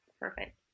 Perfect